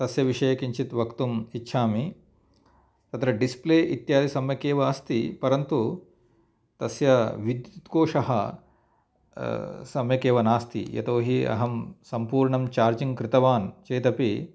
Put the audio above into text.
तस्य विषये किञ्चित् वक्तुम् इच्छामि तत्र डिस्प्ले इत्यादि सम्यक् एव अस्ति परन्तु तस्य विद्युत्कोषः सम्यक् एव नास्ति यतोहि अहं सम्पूर्णं चार्जिङ्ग् कृतवान् चेत् अपि